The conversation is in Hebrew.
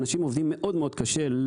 אנשים עובדים מאוד מאוד קשה,